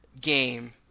game